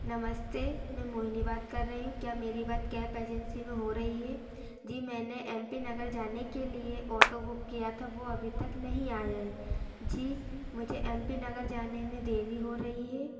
नमस्ते मैं मोहिनी बात कर रही हूँ क्या मेरी बात कैप एजेंसी में हो रही है जी मैंने एम पी नगर जाने के लिए ओटो बुक किया था वो अभी तक नहीं आया है जी मुझे एम पी नगर जाने में देरी हो रही है